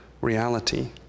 reality